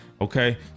okay